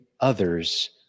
others